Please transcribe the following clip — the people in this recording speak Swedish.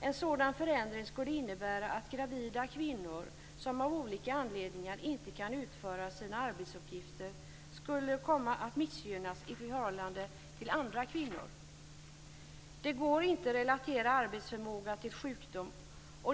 Föreslagna förändring skulle innebära att gravida kvinnor som av olika anledningar inte kan utföra sina arbetsuppgifter missgynnades i förhållande till andra kvinnor. Det går dock inte att relatera arbetsförmåga till sjukdom.